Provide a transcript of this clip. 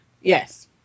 Yes